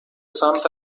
سمت